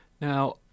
Now